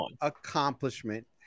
accomplishment